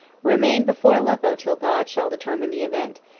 remain before aleppo till god shall determine the event,